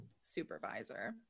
supervisor